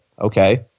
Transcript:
okay